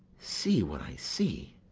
see what i see!